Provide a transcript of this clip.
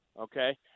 okay